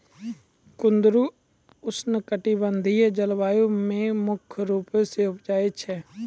कुंदरु उष्णकटिबंधिय जलवायु मे मुख्य रूपो से उपजै छै